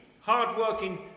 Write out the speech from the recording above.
hard-working